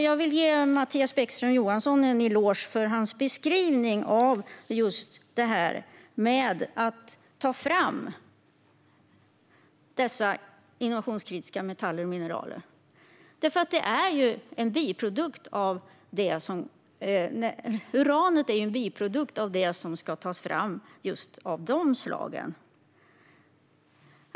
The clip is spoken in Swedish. Jag vill ge Mattias Bäckström Johansson en eloge för hans beskrivning av detta med att ta fram dessa innovationskritiska metaller och mineraler, för uranet är ju en biprodukt av det som ska tas fram just av de slagen.